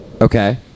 Okay